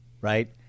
Right